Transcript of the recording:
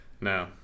no